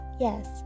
yes